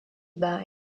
bas